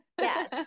Yes